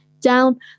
down